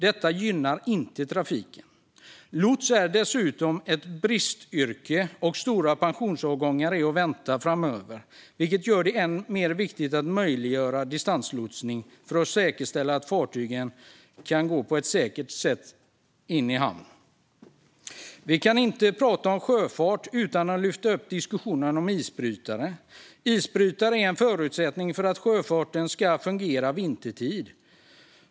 Detta gynnar inte trafiken. Lots är dessutom ett bristyrke, och stora pensionsavgångar är att vänta framöver. Detta gör det än mer viktigt att möjliggöra distanslotsning för att säkerställa att fartygen på ett säkert sätt kan gå in i hamn. Vi kan inte prata om sjöfart utan att ta upp isbrytare. Isbrytare är en förutsättning för att sjöfarten ska fungera vintertid.